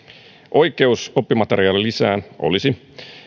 oikeus oppimateriaalilisään olisi